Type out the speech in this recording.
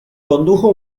condujo